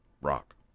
rock